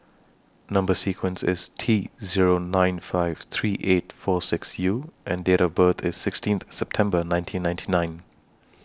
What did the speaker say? Number sequence IS T Zero nine five three eight four six U and Date of birth IS sixteen September nineteen ninety nine